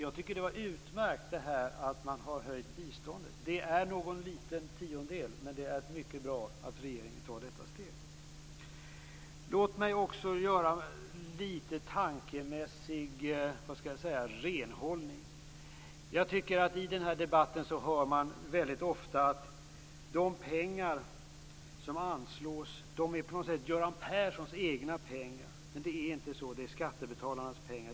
Jag tycker att det är utmärkt att regeringen har höjt biståndet. Det är någon liten tiondel, men det är mycket bra att regeringen har tagit detta steg. Låt mig också göra en liten tankemässig renhållning. I den här debatten hör man väldigt ofta att de pengar som anslås på något sätt är Göran Perssons egna pengar. Det är inte så. Det är skattebetalarnas pengar.